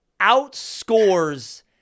outscores